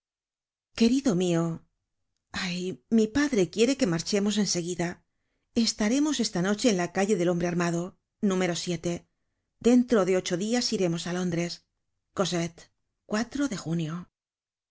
querido mio ay mi padre quiere que marchemos en seguida estaremos esta noche en la calle del hombre armado número dentro de ocho dias iremos á londres cosette cuatro de junio